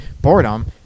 boredom